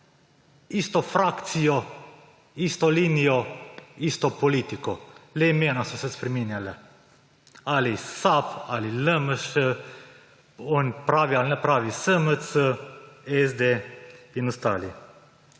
isto frakcijo, isto linijo, isto politiko, le imena so se spreminjala: ali SAB ali LMŠ, oni pravi ali nepravi SMC, SD in ostali.